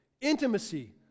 intimacy